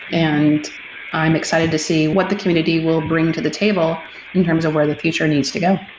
and i'm excited to see what the community will bring to the table in terms of where the future needs to go.